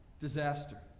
disaster